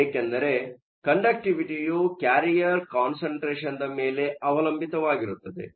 ಏಕೆಂದರೆ ಕಂಡಕ್ಟಿವಿಟಿಯು carrier concentration ಮೇಲೆ ಅವಲಂಬಿತವಾಗಿರುತ್ತದೆ